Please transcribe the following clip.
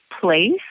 place